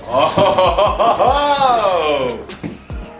oh